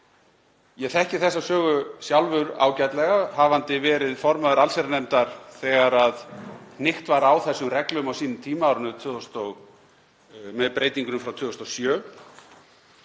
Ég þekki þessa sögu sjálfur ágætlega hafandi verið formaður allsherjarnefndar þegar hnykkt var á þessum reglum á sínum tíma með breytingunni frá 2007.